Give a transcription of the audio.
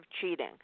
cheating